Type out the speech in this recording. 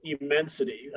immensity